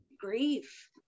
grief